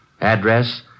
Address